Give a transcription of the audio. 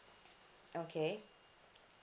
okay